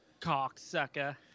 Cocksucker